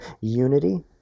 unity